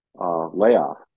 layoff